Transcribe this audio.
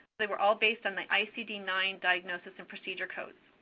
they were all based on the icd nine diagnosis and procedure codes.